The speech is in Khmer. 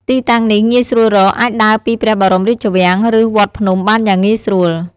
ទីតាំងនេះងាយស្រួលរក អាចដើរពីព្រះបរមរាជវាំង ឬវត្តភ្នំបានយ៉ាងងាយស្រួល។